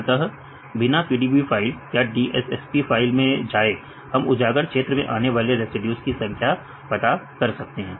अतः बिना PDB file या DSSP फाइल में जाए हम उजागर क्षेत्र में आने वाले रेसिड्यूज की संख्या पता कर सकते हैं